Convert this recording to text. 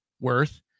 worth